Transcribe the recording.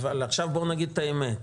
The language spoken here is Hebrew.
ועכשיו, בואו נגיד את האמת: